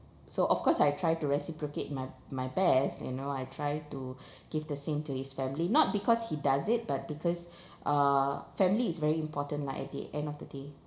so of course I try to reciprocate my my best you know I try to give the same to his family not because he does it but because uh family is very important lah at the end of the day